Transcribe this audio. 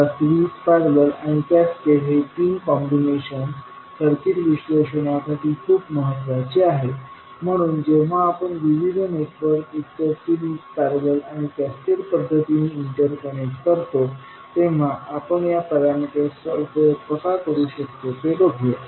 आता series parallel आणि cascade हे 3 कॉम्बिनेशन सर्किट विश्लेषणासाठी खूप महत्वाचे आहेत म्हणून जेव्हा आपण विविध नेटवर्क एकतर सिरीज पॅरेलल आणि कॅस्केड पद्धतीने इंटरकनेक्ट करतो तेव्हा आपण या पॅरामीटर्सचा उपयोग कसा करू शकतो हे बघूया